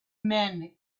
men